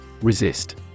Resist